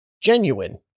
genuine